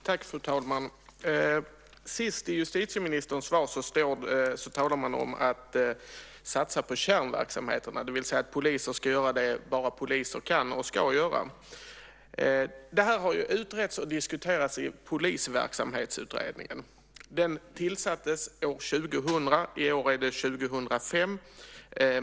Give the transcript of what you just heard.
Fru talman! Sist i justitieministerns svar talar man om att satsa på kärnverksamheterna, det vill säga att poliser ska göra det bara poliser kan och ska göra. Det här har ju utretts och diskuterats i Polisverksamhetsutredningen. Den tillsattes år 2000. I år är det 2005.